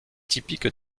typique